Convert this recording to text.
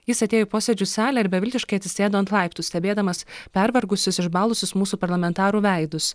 jis atėjo į posėdžių salę ir beviltiškai atsisėdo ant laiptų stebėdamas pervargusius išbalusius mūsų parlamentarų veidus